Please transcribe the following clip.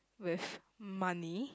with money